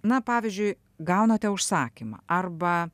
na pavyzdžiui gaunate užsakymą arba